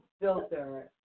filter